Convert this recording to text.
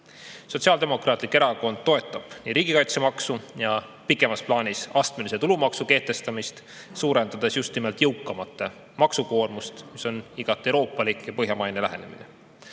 Sotsiaaldemokraatlik Erakond toetab riigikaitsemaksu ja pikemas plaanis astmelise tulumaksu kehtestamist, suurendades just nimelt jõukamate maksukoormust, mis on igati euroopalik ja põhjamaine lähenemine.